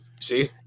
see